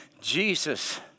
Jesus